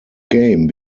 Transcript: game